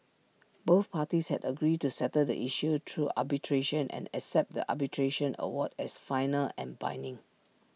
both parties had agreed to settle the issue through arbitration and accept the arbitration award as final and binding